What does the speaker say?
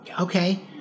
okay